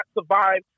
survive